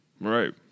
right